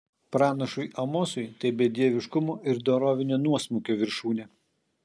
pranašui amosui tai bedieviškumo ir dorovinio nuosmukio viršūnė